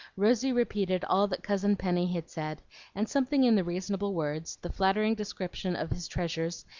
rosy repeated all that cousin penny had said and something in the reasonable words, the flattering description of his treasures,